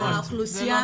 האוכלוסייה